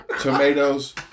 tomatoes